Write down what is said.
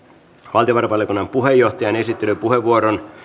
valtiovarainvaliokunnan puheenjohtajan esittelypuheenvuoron